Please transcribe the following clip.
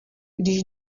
když